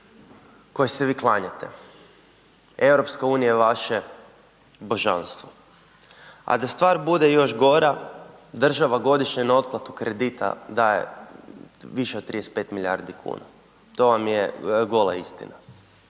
kojoj se vi klanjate. EU je vaše božanstvo. A da stvar bude još gora, država godišnje na otplatu kredita daje više od 35 milijardi kuna, to vam je gola istina,